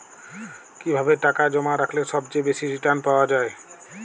কিভাবে টাকা জমা রাখলে সবচেয়ে বেশি রির্টান পাওয়া য়ায়?